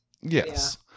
Yes